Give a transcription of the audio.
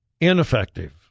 ineffective